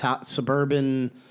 Suburban